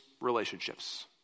relationships